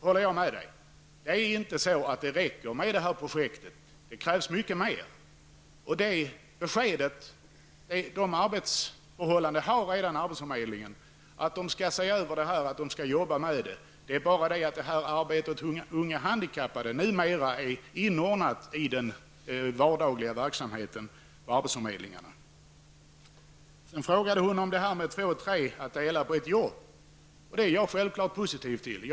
Det räcker inte med ett projekt, utan det krävs mycket mer. Arbetsförmedlingarna har också fått i uppdrag att se över frågan och arbeta med den. Men det är bara så att arbetet med unga handikappade numera är inordnat i den vardagliga verksamheten på arbetsförmedlingarna. Sedan frågade Charlotte Branting vad jag tycker om idén att två eller tre delar på ett jobb. Jag är självfallet positiv till det.